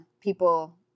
people